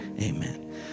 amen